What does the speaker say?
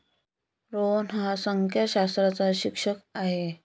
रोहन हा संख्याशास्त्राचा शिक्षक आहे